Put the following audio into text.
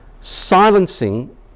silencing